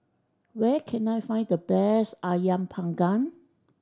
where can I find the best Ayam Panggang